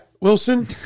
Wilson